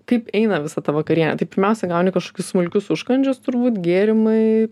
kaip eina visa ta vakarienė tai pirmiausia gauni kažkokius smulkius užkandžius turbūt gėrimai